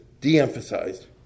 de-emphasized